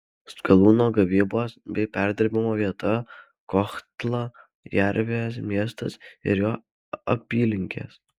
skalūno gavybos bei perdirbimo vieta kohtla jervės miestas ir jo apylinkės